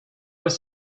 was